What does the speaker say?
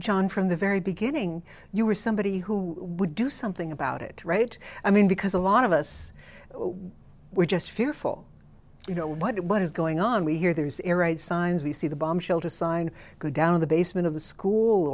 john from the very beginning you were somebody who would do something about it right i mean because a lot of us were just fearful you know what is going on we hear there's a right signs we see the bomb shelter sign down in the basement of the school